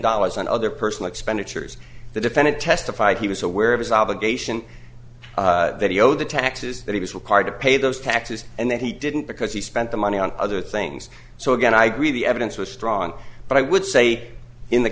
dollars and other personal expenditures the defendant testified he was aware of his obligation video the taxes that he was required to pay those taxes and then he didn't because he spent the money on other things so again i agree the evidence was strong but i would say in the